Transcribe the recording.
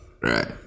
Right